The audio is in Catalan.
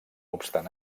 obstant